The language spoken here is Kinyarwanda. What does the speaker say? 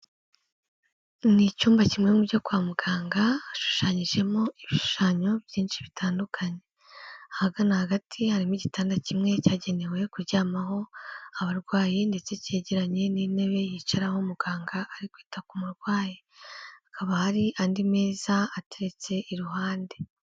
Ni icyumba kimwe mu byo kwa muganga, hashushanyijemo ibishushanyo byinshi bitandukanye. Ahagana hagati harimo igitanda kimwe cyagenewe kuryamaho abarwayi ndetse cyegeranye n'intebe yicaraho muganga ari kwita ku murwayi. Hakaba hari andi meza ateretse iruhande.